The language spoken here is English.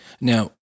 Now